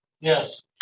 Yes